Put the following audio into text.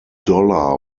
dollar